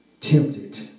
Tempted